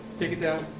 take it down.